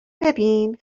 ببین